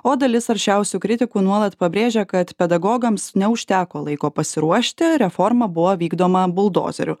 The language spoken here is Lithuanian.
o dalis aršiausių kritikų nuolat pabrėžė kad pedagogams neužteko laiko pasiruošti reforma buvo vykdoma buldozeriu